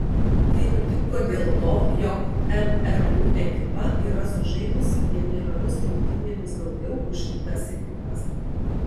tai nutiko dėl to jog mru ekipa yra sužaidusi vieneriomis rungtynėmis daugiau už kitas ekipas